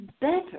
better